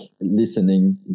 listening